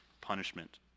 punishment